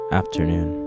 afternoon